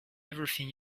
everything